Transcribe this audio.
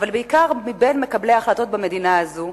אבל בעיקר מבין מקבלי ההחלטות במדינה הזאת,